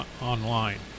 online